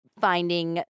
finding